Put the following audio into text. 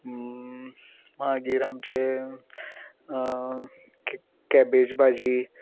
मागीर आमचे कॅबेज भाजी